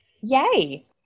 Yay